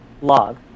log